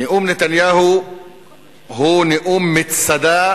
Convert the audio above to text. נאום נתניהו הוא נאום מצדה